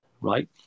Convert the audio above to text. right